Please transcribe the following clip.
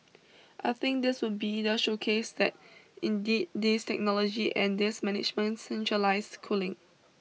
I think this would be the showcase that indeed this technology and this management centralised cooling